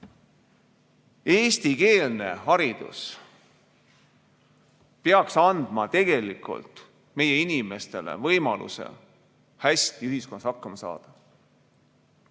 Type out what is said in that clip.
Eestikeelne haridus peaks andma tegelikult meie inimestele võimaluse ühiskonnas hästi hakkama saada.